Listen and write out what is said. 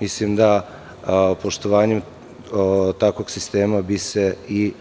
Mislim da bi se poštovanjem takvog sistema i